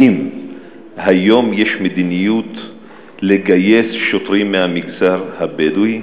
האם היום יש מדיניות לגייס שוטרים מהמגזר הבדואי?